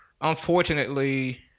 unfortunately